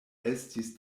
estis